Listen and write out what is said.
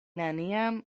neniam